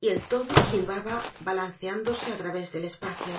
y el todo silbaba balanceándose á través del espacio